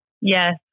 yes